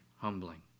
humbling